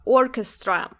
orchestra